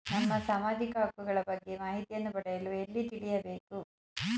ನಮ್ಮ ಸಾಮಾಜಿಕ ಹಕ್ಕುಗಳ ಬಗ್ಗೆ ಮಾಹಿತಿಯನ್ನು ಪಡೆಯಲು ಎಲ್ಲಿ ತಿಳಿಯಬೇಕು?